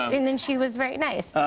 i mean and she was very nice. ah,